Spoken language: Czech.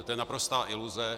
To je naprostá iluze.